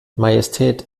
majestät